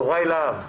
תמר זנדברג,